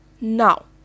Now